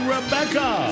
Rebecca